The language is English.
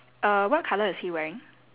err what colour is he wearing